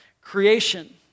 Creation